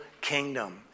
kingdom